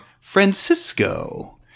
Francisco